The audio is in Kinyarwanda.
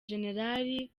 jenerali